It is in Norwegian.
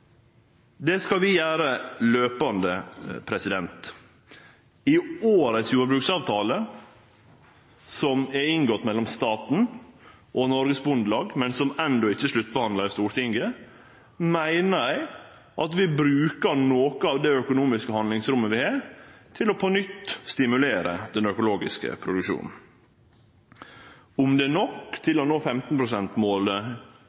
Det skal vi gjere fortløpande. I årets jordbruksavtale som er inngått mellom staten og Norges Bondelag, men som endå ikkje er sluttbehandla i Stortinget, meiner eg at vi brukar noko av det økonomiske handlingsrommet vi har, til på nytt å stimulere den økologiske produksjonen. At det ikkje er nok